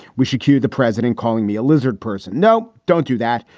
we should cue the president calling me a lizard person. no, don't do that.